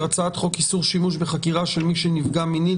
הצעת חוק איסור שימוש בחקירה של מי שנפגע מינית,